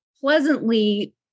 pleasantly